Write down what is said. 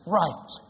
right